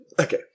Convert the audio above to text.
Okay